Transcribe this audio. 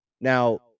Now